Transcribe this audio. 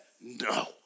no